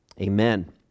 amen